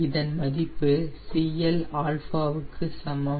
இதன் மதிப்பு CLw க்கு சமம்